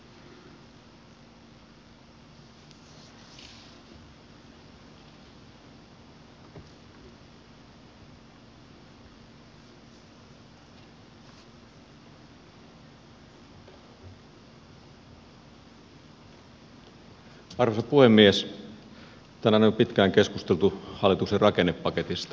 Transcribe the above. tänään on jo pitkään keskusteltu hallituksen rakennepaketista